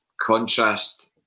contrast